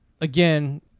Again